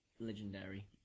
legendary